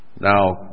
Now